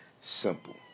simple